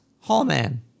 Hallman